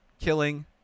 killing